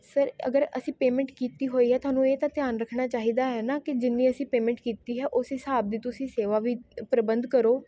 sir ਅਗਰ ਅਸੀਂ payment ਕੀਤੀ ਹੋਈ ਹੈ ਤੁਹਾਨੂੰ ਇਹ ਤਾਂ ਧਿਆਨ ਰੱਖਣਾ ਚਾਹੀਦਾ ਹੈ ਨਾ ਕਿ ਜਿੰਨੀ ਅਸੀਂ ਪੇਮੈਂਟ ਕੀਤੀ ਹੈ ਉਸ ਹਿਸਾਬ ਦੀ ਤੁਸੀਂ ਸੇਵਾ ਵੀ ਪ੍ਰਬੰਧ ਕਰੋ